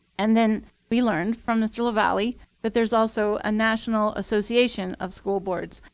and then we learned from mr. lavalley that there's also a national association of school boards,